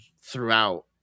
throughout